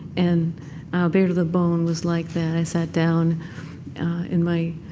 and ah bare to the bone was like that. i sat down in my